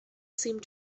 seemed